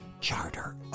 Charter